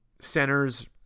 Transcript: Centers